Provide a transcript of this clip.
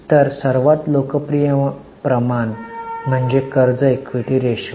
तर सर्वात लोकप्रिय प्रमाण म्हणजे कर्ज ईक्विटी रेशो